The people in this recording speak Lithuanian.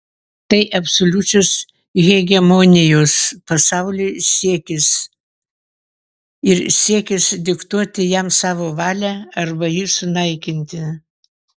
tai absoliučios hegemonijos pasauliui siekis ir siekis diktuoti jam savo valią arba jį sunaikinti